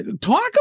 Talk